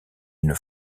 une